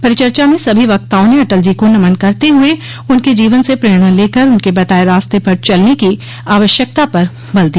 परिचर्चा में सभी वक्ताओं ने अटल जी को नमन करते हुये उनके जीवन से प्रेरणा लेकर उनके बताये रास्ते पर चलने की आवश्यकता पर बल दिया